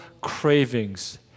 cravings